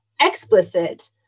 explicit